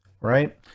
right